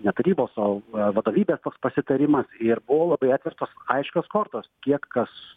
ne tarybos o vadovybės toks pasitarimas ir buvo labai atverstos aiškios kortos kiek kas